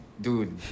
Dude